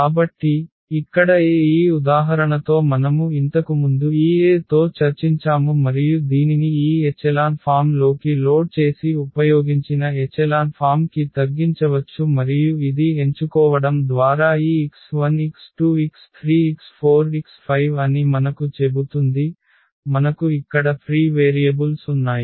కాబట్టి ఇక్కడ A ఈ ఉదాహరణతో మనము ఇంతకుముందు ఈ A తో చర్చించాము మరియు దీనిని ఈ ఎచెలాన్ ఫామ్ లోకి లోడ్ చేసి ఉపయోగించిన ఎచెలాన్ ఫామ్ కి తగ్గించవచ్చు మరియు ఇది ఎంచుకోవడం ద్వారా ఈ x1 x2 x3 x4 x5 అని మనకు చెబుతుంది మనకు ఇక్కడ ఫ్రీ వేరియబుల్స్ ఉన్నాయి